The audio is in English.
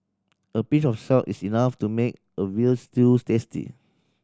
a pinch of salt is enough to make a veal stews tasty